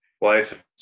life